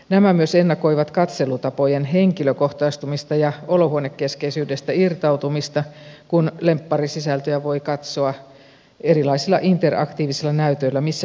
nämä myös ennakoivat katselutapojen henkilökohtaistumista ja olohuonekeskeisyydestä irtautumista kun lempparisisältöä voi katsoa erilaisilla interaktiivisilla näytöillä missä milloinkin